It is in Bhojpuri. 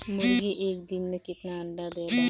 मुर्गी एक दिन मे कितना अंडा देला?